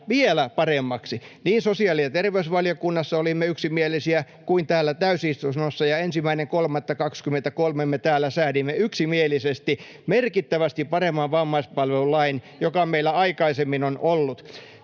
vielä paremmaksi. Niin sosiaali- ja terveysvaliokunnassa kuin täällä täysistunnossa olimme yksimielisiä, ja 1.3.23 me täällä säädimme yksimielisesti merkittävästi paremman vammaispalvelulain kuin joka meillä aikaisemmin on ollut.